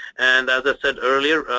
and as i said earlier,